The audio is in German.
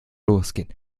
losgehen